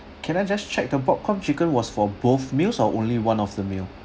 can I just check the popcorn chicken was for both meals or only one of the meal